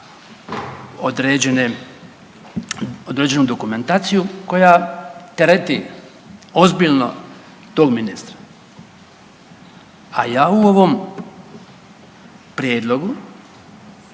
određenu dokumentaciju koja tereti ozbiljno tog ministra. A ja u ovom prijedlogu